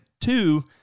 two